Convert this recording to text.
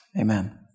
Amen